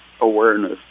awareness